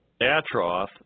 Atroth